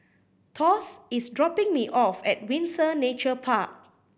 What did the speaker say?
Thos is dropping me off at Windsor Nature Park